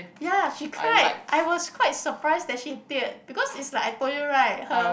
ya she cried I was quite surprised that she teared because it's like I told you right her